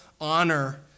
honor